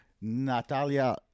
Natalia